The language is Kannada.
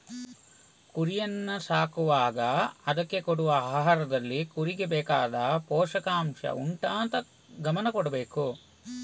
ಕುರಿಯನ್ನ ಸಾಕುವಾಗ ಅದ್ಕೆ ಕೊಡುವ ಆಹಾರದಲ್ಲಿ ಕುರಿಗೆ ಬೇಕಾದ ಪೋಷಕಾಂಷ ಉಂಟಾ ಅಂತ ಗಮನ ಕೊಡ್ಬೇಕು